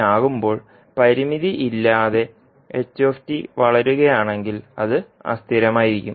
ആകുമ്പോൾ പരിമിതി ഇല്ലാതെ വളരുകയാണെങ്കിൽ അത് അസ്ഥിരമായിരിക്കും